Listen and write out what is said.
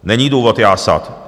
Není důvod jásat.